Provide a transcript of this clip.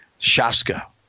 shaska